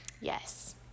yes